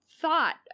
thought